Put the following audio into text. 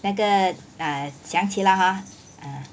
那个 uh 想起了 hor ah